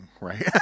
right